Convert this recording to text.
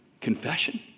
Confession